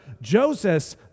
Joseph